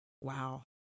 wow